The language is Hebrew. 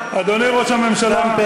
גם על הטוב וגם על הרע,